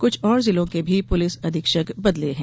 कुछ और जिलों के भी पुलिस अधीक्षक बदले हैं